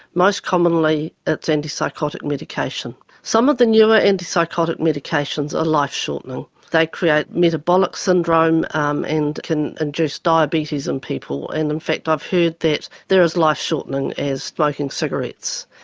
most commonly it's anti-psychotic medication. some of the newer anti-psychotic medications are life-shortening, they create metabolic syndrome um and can induce diabetes in people and in fact i've heard they're as life-shortening as smoking cigarettes.